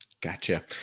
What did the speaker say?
Gotcha